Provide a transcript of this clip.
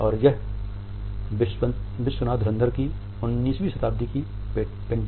यह विश्वनाथ धुरंधर की 19 वीं शताब्दी की पेंटिंग है